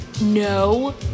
No